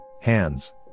Hands